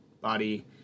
body